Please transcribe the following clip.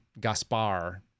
Gaspar